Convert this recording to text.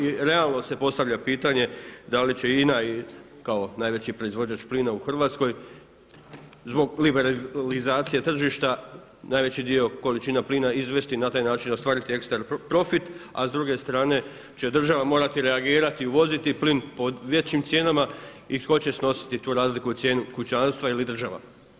I realno se postavlja pitanje da li će INA kao najveći proizvođač plina u Hrvatskoj zbog liberalizacije tržišta najveći dio količina plina izvesti i na taj način ostvariti ekstra profit, a s druge strane će država morati reagirati i uvoziti plin po većim cijenama i tko će snositi tu razliku cijena kućanstva ili država.